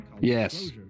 Yes